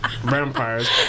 vampires